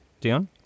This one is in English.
Dion